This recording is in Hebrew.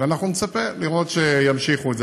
ואנחנו נצפה לראות שימשיכו את זה.